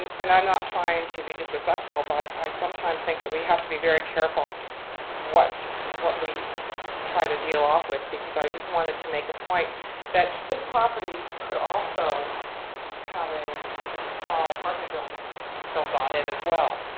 and i'm not trying and to be disrespectful, but i sometimes think that we have to be very careful what what we try to deal off with because i just wanted to make a point that this property could also have a tall apartment building built on it as well.